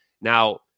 Now